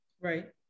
Right